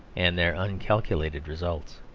and their uncalculated results.